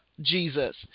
Jesus